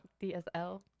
DSL